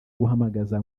guhamagaza